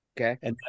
okay